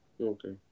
okay